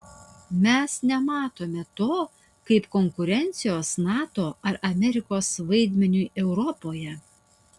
mes nematome to kaip konkurencijos nato ar amerikos vaidmeniui europoje